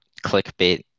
clickbait